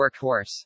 workhorse